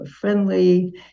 friendly